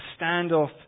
standoff